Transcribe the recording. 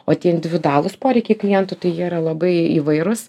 o tie individualūs poreikiai klientų tai jie yra labai įvairus